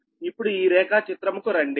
ఇప్పుడు ఈ రేఖాచిత్రము కు రండి